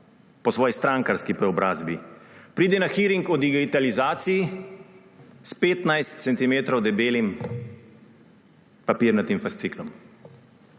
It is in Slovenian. po svoji strankarski preobrazbi pride na hearing o digitalizaciji s 15 centimetrov debelim papirnatim fasciklom.